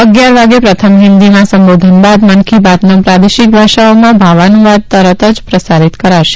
અગીયાર વાગે પ્રથમ હિન્દીમાં સંબોધન બાદ મન કી બાતનો પ્રાદેશિક ભાષાઓમાં ભાવાનુવાદ તરત જ પ્રસારિત કરાશે